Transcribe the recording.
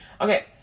Okay